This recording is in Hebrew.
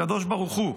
הקדוש ברוך הוא,